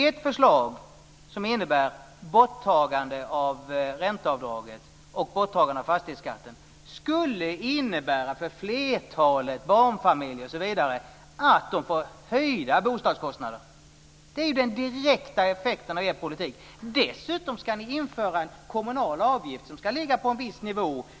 Ert förslag, som innebär borttagande av ränteavdraget och borttagande av fastighetsskatten, skulle innebära för flertalet barnfamiljer osv. att de får höjda bostadskostnader. Det är den direkta effekten av er politik. Dessutom ska ni införa en kommunal avgift som ska ligga på en viss nivå.